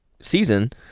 season